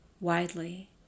widely